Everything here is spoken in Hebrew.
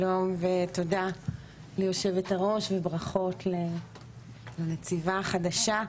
שלום ותודה ליושבת-הראש וברכות לנציבה החדשה.